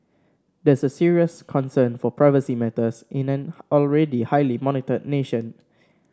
that's a serious concern for privacy matters in an already highly monitored nation